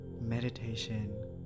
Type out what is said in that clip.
meditation